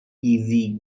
easy